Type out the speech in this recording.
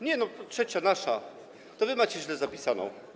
Nie no 3., nasza, to wy macie źle zapisane.